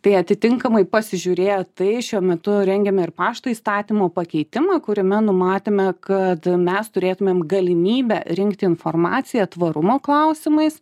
tai atitinkamai pasižiūrėję tai šiuo metu rengiame ir pašto įstatymo pakeitimui kuriame numatėme kad mes turėtumėm galimybę rinkti informaciją tvarumo klausimais